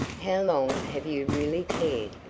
how long have you really cared?